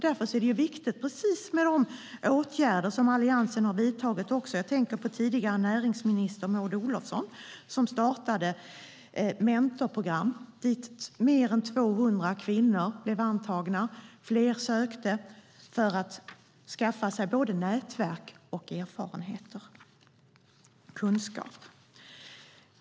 Därför är det viktigt precis med de åtgärder Alliansen har vidtagit. Jag tänker på tidigare näringsminister Maud Olofsson, som startade mentorprogram dit mer än 200 kvinnor blev antagna. Fler sökte för att skaffa sig nätverk, erfarenheter och kunskap.